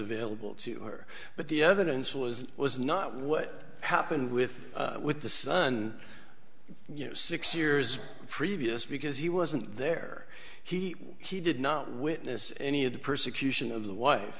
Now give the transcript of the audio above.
available to her but the evidence was was not what happened with with the sun you know six years previous because he wasn't there he he did not witness any of the persecution of the wife